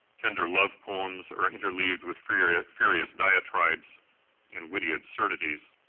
tender love poems are interleaved with furious furious diatribes and witty absurdities.